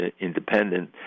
independent